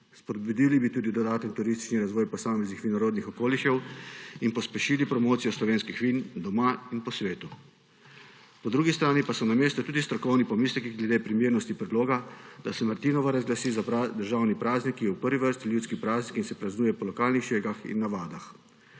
Spodbudili bi tudi dodatek v turistični razvoj posameznih vinorodnih okolišev in pospešili promocijo slovenskih vin doma in po svetu. Po drugi strani pa so na mestu tudi strokovni pomisleki glede primernosti predloga, da se martinovo razglasi za državni praznik, ki je v prvi vrsti ljudski praznik in se praznuje po lokalnih šegah in navadah.